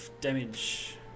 damage